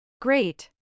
Great